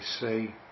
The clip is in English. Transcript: say